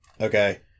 Okay